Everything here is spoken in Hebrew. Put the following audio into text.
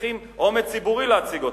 צריכים אומץ ציבורי כדי להציג אותן,